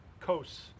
coasts